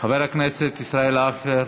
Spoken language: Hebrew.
חבר הכנסת ישראל אייכלר,